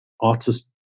artist